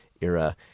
era